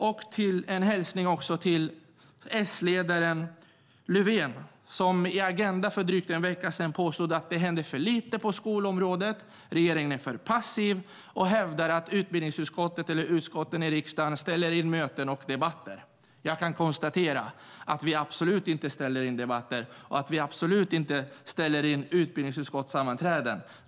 Jag har en hälsning till S-ledaren Löfven, som i Agenda för drygt en vecka sedan påstod att det händer för lite på skolområdet. Regeringen är för passiv. Och han hävdar att utskotten i riksdagen ställer in möten och debatter. Jag kan konstatera att vi absolut inte ställer in debatter och att vi absolut inte ställer in utbildningsutskottssammanträden.